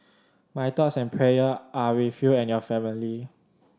my thoughts and prayer are with you and your family